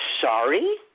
Sorry